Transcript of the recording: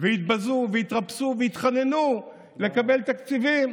והתבזו והתרפסו והתחננו לקבל תקציבים.